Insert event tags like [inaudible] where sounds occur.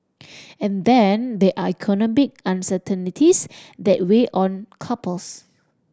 [noise] and then there are economic uncertainties that weigh on couples